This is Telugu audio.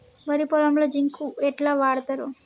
వరి పొలంలో జింక్ ఎట్లా వాడుతరు?